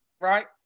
right